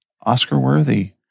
Oscar-worthy